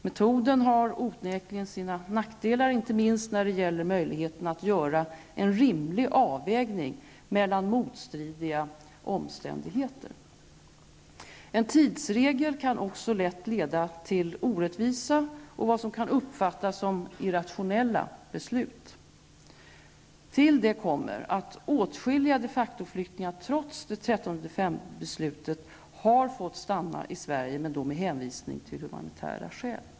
Metoden har onekligen sina nackdelar, inte minst när det gäller möjligheten att göra en rimlig avvägning mellan motstridiga omständigheter. En tidsregel kan också lätt leda till orättvisa och vad som kan uppfattas som irrationella beslut. Till detta kommer att åtskilliga de facto-flyktingar, trots 13 december-beslutet har fått stanna i Sverige, men då med hänvisning till humanitära skäl.